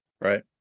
right